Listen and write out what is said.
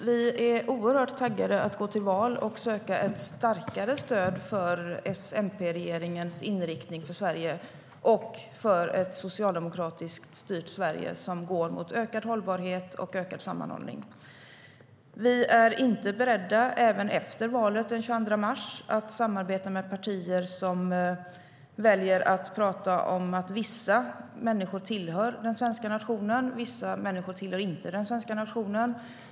Vi är oerhört taggade att gå till val och söka ett starkare stöd för S-MP-regeringens inriktning för Sverige och för ett socialdemokratiskt styrt Sverige som går mot ökad hållbarhet och ökad sammanhållning. Inte heller efter valet den 22 mars är vi beredda att samarbeta med partier som väljer att tala om att vissa tillhör den svenska nationen, andra tillhör inte den svenska nationen.